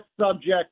subject